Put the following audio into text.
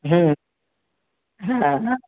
হুম হ্যাঁ